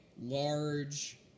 large